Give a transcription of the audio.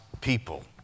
people